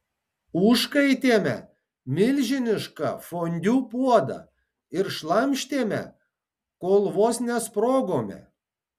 užkaitėme milžinišką fondiu puodą ir šlamštėme kol vos nesprogome